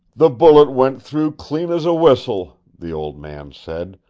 the bullet went through clean as a whistle, the old man said.